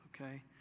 Okay